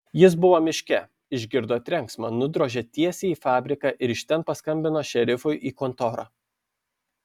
jis buvo miške išgirdo trenksmą nudrožė tiesiai į fabriką ir iš ten paskambino šerifui į kontorą